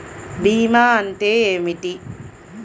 భీమా అంటే ఏమిటి?